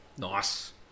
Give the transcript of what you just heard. Nice